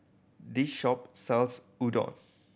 this shop sells Udon